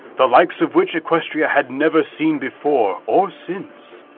the likes of which equestria had never seen before, or since.